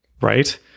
right